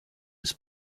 his